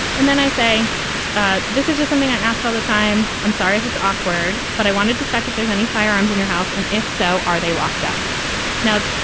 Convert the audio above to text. and then i say ah this is just something i ask all the time. i'm sorry if it's awkward, but i wanted to check if there's any firearms in your house. and if so, are they locked up now?